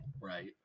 Right